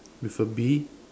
with a bee